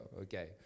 okay